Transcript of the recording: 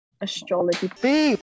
astrology